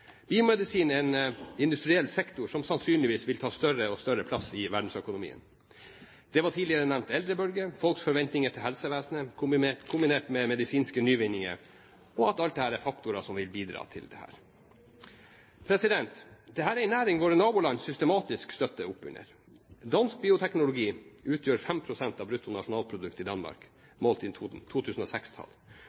Biomedisin er en industriell sektor som sannsynligvis vil ta større og større plass i verdensøkonomien. Det ble tidligere nevnt eldrebølgen, folks forventninger til helsevesenet, kombinert med medisinske nyvinninger, og alt dette er faktorer som vil bidra til dette. Dette er en næring våre naboland systematisk støtter opp under. Dansk bioteknologi utgjør 5 pst. av bruttonasjonalproduktet i Danmark, målt i 2006-tall, og sysselsetter over 40 000 mennesker. Høyre mener det er god grunn til å gå nærmere inn